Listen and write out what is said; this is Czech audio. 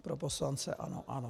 Pro poslance ANO ano.